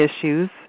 issues